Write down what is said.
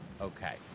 Okay